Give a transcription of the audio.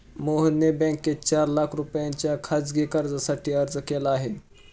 मोहनने बँकेत चार लाख रुपयांच्या खासगी कर्जासाठी अर्ज केला आहे